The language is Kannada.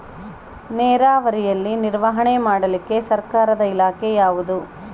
ನೇರಾವರಿಯಲ್ಲಿ ನಿರ್ವಹಣೆ ಮಾಡಲಿಕ್ಕೆ ಸರ್ಕಾರದ ಇಲಾಖೆ ಯಾವುದು?